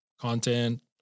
Content